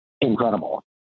incredible